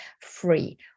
free